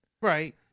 Right